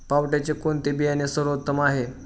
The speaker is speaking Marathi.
पावट्याचे कोणते बियाणे सर्वोत्तम आहे?